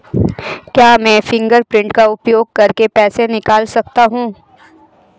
क्या मैं फ़िंगरप्रिंट का उपयोग करके पैसे निकाल सकता हूँ?